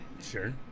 Sure